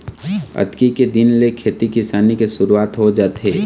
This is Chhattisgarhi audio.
अक्ती के दिन ले खेती किसानी के सुरूवात हो जाथे